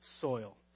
soil